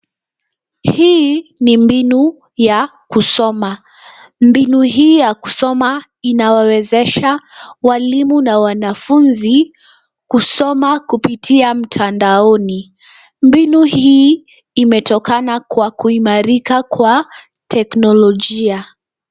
Hii ni mbinu ya kusoma. Mbinu hii ya kusoma inawawezesha walimu na wanafunzi kusoma kupitia mtandaoni. Mbinu hii imetokana kwa kuimarika kwa teknolojia.